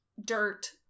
dirt